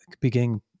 beginning